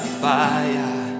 fire